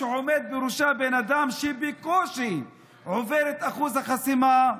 שעומד בראשה בן אדם שבקושי עובר את אחוז החסימה,